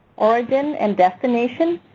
origin and destination,